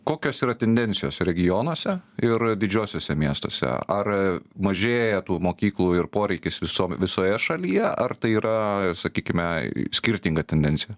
kokios yra tendencijos regionuose ir didžiuosiuose miestuose ar mažėja tų mokyklų ir poreikis visom visoje šalyje ar tai yra sakykime skirtinga tendencija